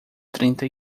trinta